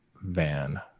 Van